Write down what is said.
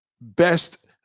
best